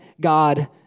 God